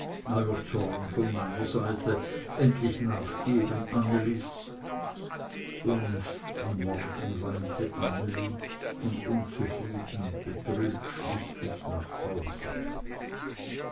von meiner seite endlich nachgeben annelis und am morgen weinte anneli und unzufrieden betrübt schlich ich nach hause